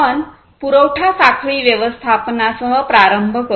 आपण पुरवठा साखळी व्यवस्थापनासह प्रारंभ करू